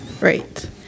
right